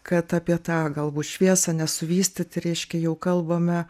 kad apie tą galbūt šviesą ane suvystyti reiškia jau kalbame